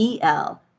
EL